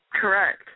Correct